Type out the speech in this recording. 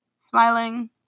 smiling